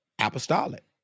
Apostolic